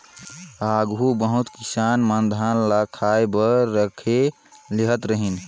आघु बहुत किसान मन धान ल खाए बर राखिए लेहत रहिन